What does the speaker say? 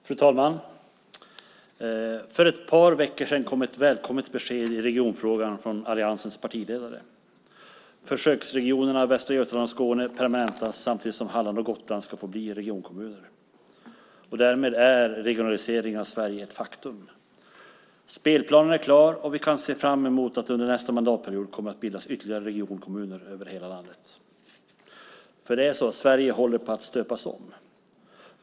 Fru talman! För ett par veckor sedan kom ett välkommet besked i regionfrågan från alliansens partiledare. Försöksregionerna Västra Götaland och Skåne permanentas samtidigt som Halland och Gotland ska få bli regionkommuner. Därmed är regionaliseringen av Sverige ett faktum. Spelplanen är klar, och vi kan se fram emot att det under nästa mandatperiod kommer att bildas ytterligare regionkommuner över hela landet. Sverige håller nämligen på att stöpas om.